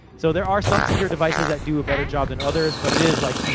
so, there are some secure devices that do a better job than others. but, it is like, yeah